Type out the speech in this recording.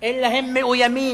אלא הם מאוימים.